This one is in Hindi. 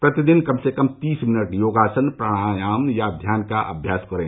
प्रतिदिन कम से कम तीस मिनट योगासन प्राणायाम या ध्यान का अभ्यास करें